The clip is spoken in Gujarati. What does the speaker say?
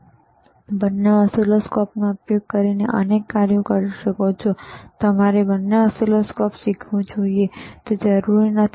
અલબત્ત તમે બંને ઓસિલોસ્કોપનો ઉપયોગ કરીને અનેક કાર્યો કરી શકો છો અને તમારે બંને ઓસિલોસ્કોપ શીખવું જોઈએ તે જરૂરી નથી